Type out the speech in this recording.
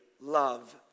love